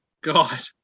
god